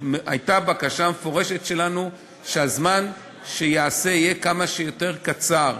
הייתה בקשה מפורשת שלנו שהזמן יהיה כמה שיותר קצר.